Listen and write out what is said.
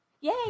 Yay